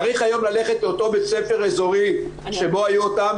צריך היום ללכת לאותו בית ספר אזורי שבו היו אותם